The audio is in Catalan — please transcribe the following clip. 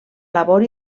labor